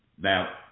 Now